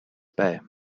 bei